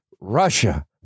Russia